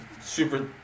super